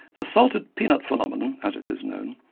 the salted peanut phenomenon, as it is known,